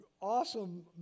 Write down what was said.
awesome